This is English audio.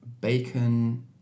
bacon